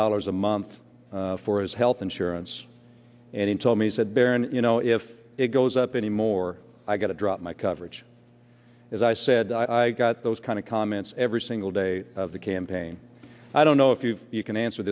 dollars a month for his health insurance and he told me said barron you know if it goes up anymore i got to drop my coverage as i said i got those kind of comments every single day of the campaign i don't know if you you can answer